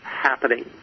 happening